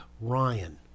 Ryan